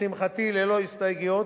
לשמחתי היא ללא הסתייגויות,